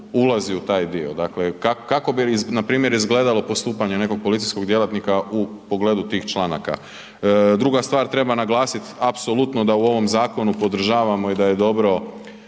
ulazi u taj dio. Dakle, kako bi npr. izgledalo postupanje nekog policijskog djelatnika u pogledu tih članaka. Druga stvar, treba naglasiti apsolutno da u ovom zakonu podržavamo i da je dobro